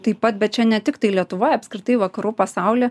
taip pat bet čia ne tiktai lietuvoj apskritai vakarų pasaulyje